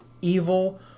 evil